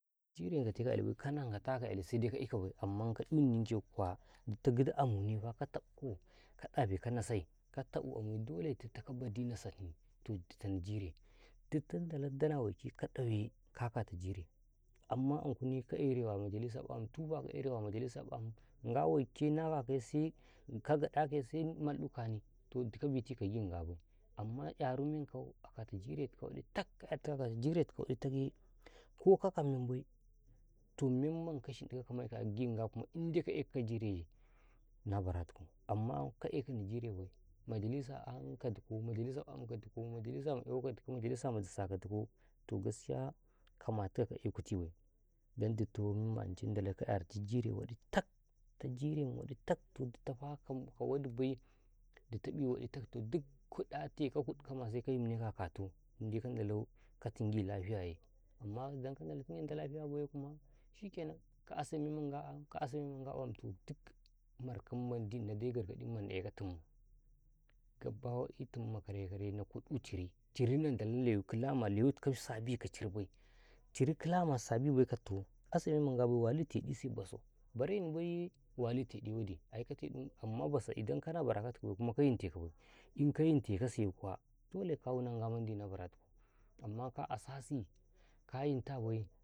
﻿Jire ngwateka a kyaliba kanangwatatako a kyaliye sedaka'ikawbai amma ka'inninkiyefa ditow gidi amunefa ka tabkam ka ɗafekaw nasai ka taƃu amuye dole tittaw nabadi nasani toh tamu jire dikka ndalaw danawaike ka dawe ka kata jire amma ankuni ka'yai riyo agi a madalisa bamun'tufa kayui riyo agi madalisa bamun, nga waika nakakaye seka kagaɗakaye se maldu kani toh diga biti kagi ngabai amma ƙyaru menkaw akata jire tikaw waɗi tak ka ƙyartikaw akataw jire tikaw waɗi takye kokaka membai toh memban ka shinɗikaw ka mayekaw agi nga indai ka ekaw ka jireye na baratikaw amma ka ekani jire bai madalisa ayen ka dikaw madalisa bamun kadiko' ma kyawo ka dikaw ma disa dikaw toh gaskiya kama tikaw ka'yai kutubai dan ditoh memma ance ndalaw ka ƙyarati jire waɗi tak ditoh jire ma waɗi taktoh ditafah kawadi bai ditaƃi waɗi taktoh dikkuɗata seka yinnekaw a kataw indai ka ndalaw ka tingi lafiyaye amma danka ndalaw tingenta lafiya baima shikennan ka'asa memma ngaa'an memma ngaƃam toh dik markau mandi inawdai gyagaɗumanna ekatim gaba waɗitimma karai-karai na kuɗu chiri, chiri ndalaw kilama leyi leyitikaw sabika chiri bai chiri kilama sabibai ka ditoh ase memma ngwabai wali teɗi wadise basaw inkana baraka tikaw bai kuma kayinteka bai inka yinteka siyekwa dole kawuna ba baratikam amma ka asasi ka yinta bai.